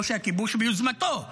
או שהכיבוש הוא ביוזמתו,